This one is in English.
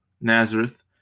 Nazareth